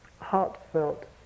heartfelt